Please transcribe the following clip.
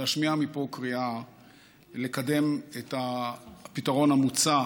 להשמיע מפה קריאה לקדם את הפתרון המוצע,